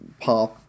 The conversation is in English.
path